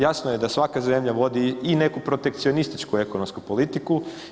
Jasno je da svaka zemlja vodi i neku protekcionističku ekonomsku politiku.